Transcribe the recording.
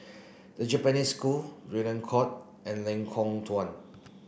The Japanese School Draycott and Lengkong Tujuh